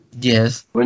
Yes